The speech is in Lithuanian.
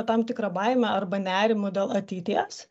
tam tikrą baime arba nerimu dėl ateities